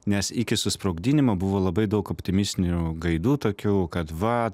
nes iki susprogdinimo buvo labai daug optimistinių gaidų tokių kad va